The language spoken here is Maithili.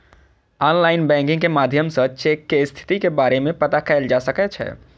आनलाइन बैंकिंग के माध्यम सं चेक के स्थिति के बारे मे पता कैल जा सकै छै